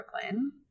Brooklyn